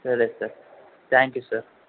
సరే sir thank you sir